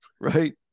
right